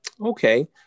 Okay